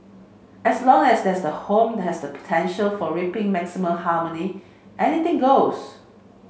as long as the home has the potential for reaping maximum harmony anything goes